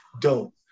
dope